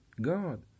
God